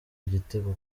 igitego